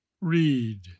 read